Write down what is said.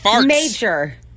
major